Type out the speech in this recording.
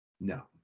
No